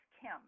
Kim